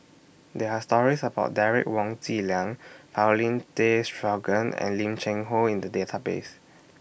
There Are stories about Derek Wong Zi Liang Paulin Tay Straughan and Lim Cheng Hoe in The Database